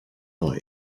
neu